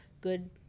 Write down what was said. good